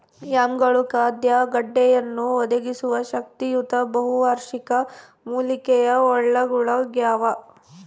ಯಾಮ್ಗಳು ಖಾದ್ಯ ಗೆಡ್ಡೆಯನ್ನು ಒದಗಿಸುವ ಶಕ್ತಿಯುತ ಬಹುವಾರ್ಷಿಕ ಮೂಲಿಕೆಯ ಬಳ್ಳಗುಳಾಗ್ಯವ